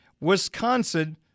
Wisconsin